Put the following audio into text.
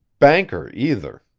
banker, either.